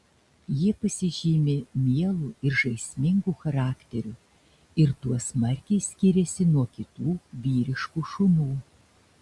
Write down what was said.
jie pasižymi mielu ir žaismingu charakteriu ir tuo smarkiai skiriasi nuo kitų vyriškų šunų